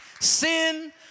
Sin